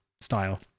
style